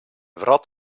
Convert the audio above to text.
wrat